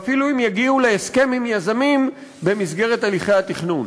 ואפילו אם יגיעו להסכם עם יזמים במסגרת הליכי התכנון.